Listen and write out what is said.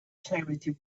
charity